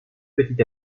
petit